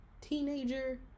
teenager